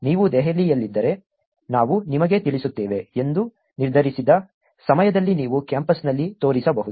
ನೀವು ದೆಹಲಿಯಲ್ಲಿದ್ದರೆ ನಾವು ನಿಮಗೆ ತಿಳಿಸುತ್ತೇವೆ ಎಂದು ನಿರ್ಧರಿಸಿದ ಸಮಯದಲ್ಲಿ ನೀವು ಕ್ಯಾಂಪಸ್ನಲ್ಲಿ ತೋರಿಸಬಹುದು